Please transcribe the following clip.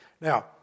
Now